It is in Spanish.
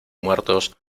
muertos